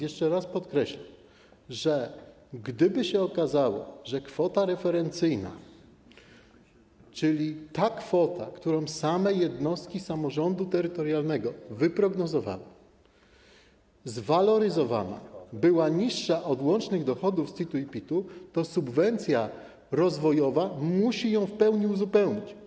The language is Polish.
Jeszcze raz podkreślę, że gdyby się okazało, że kwota referencyjna, czyli ta, którą same jednostki samorządu terytorialnego wyprognozowały, zwaloryzowana, była niższa od łącznych dochodów z CIT-u i PIT-u, to subwencja rozwojowa będzie musiała ją w pełni uzupełnić.